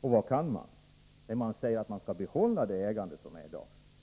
Och vad kan man avkräva dem när man säger att ägaransvaret skall ligga kvar där det i dag